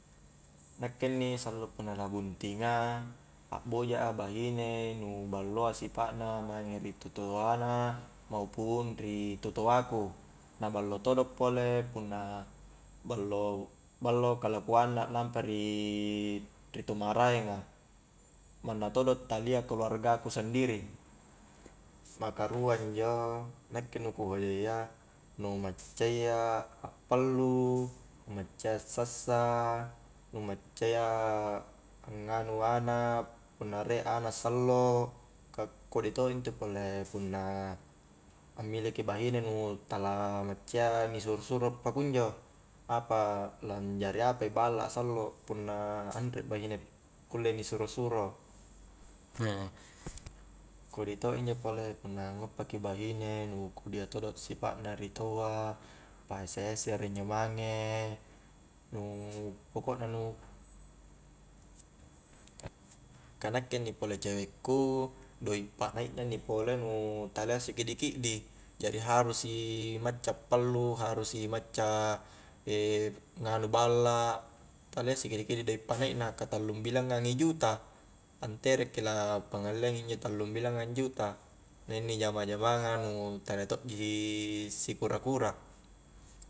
Nakke inni sallo punna la buntinga akboja a bahine nu balloa sipa'na mange ri tutoa na maupung ri tutoa ku na ballo todo pole punna ballo-ballo kalakuang na lampa ri tu maraenga manna todo talia keluarga ku sendiri maka rua injo nakke nu hojayya nu maccayya akpallu nu maccayya sassa, nu maccayya angnganu anak punna riek anak sallo ka kodi to intu pole punna ammile ki bahine nu tala maccayya ni suro-suro pakunjo, apa-lanjari apai balla a sallo punna anre bahine kulle ni suro-suro kodi to' injo pole punna nguppa ki bahine nu kodia todo' sipa'na ri taua, pahese-hesere injo mange, nu pokokna nu ka nakke inni pole cewekku doik panaik na inni pole nu talia sikiddi-kiddi jari harus i macca akpallu harus i macca nganu balla talia sikidi-kidi doik panaik na ka tallu' mblangngang i juta antere ki la pangalleang injo tallung bilangngang juta na inni jama-jamanga nu tania tokji sikura-kura